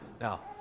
now